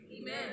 Amen